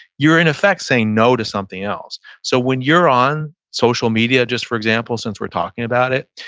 you're in effect saying no to something else. so when you're on social media just for example since we're talking about it,